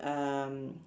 um